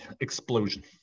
explosion